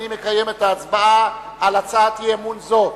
לפי סעיף 36(ב) אני מקיים את ההצבעה על הצעת אי-אמון זו,